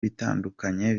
bitandukanye